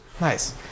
Nice